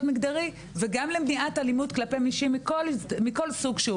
מגדרית וגם למניעת אלימות כלפי נשים מכל סוג שהוא.